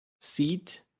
Seat